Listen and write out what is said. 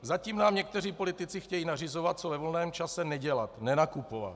Zatím nám někteří politici chtějí nařizovat, co ve volném čase nedělat nenakupovat.